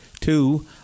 two